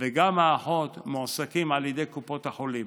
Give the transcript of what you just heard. וגם האחות מועסקים על ידי קופות החולים.